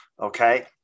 Okay